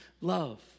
love